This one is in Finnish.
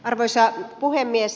arvoisa puhemies